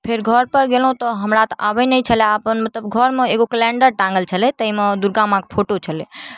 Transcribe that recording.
फेर घरपर गेलहुँ तऽ हमरा तऽ अबै नहि छलै अपन मतलब घरमे एगो कैलेण्डर टाँगल छलै ताहिमे दुर्गा माँके फोटो छलै